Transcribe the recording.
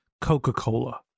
Coca-Cola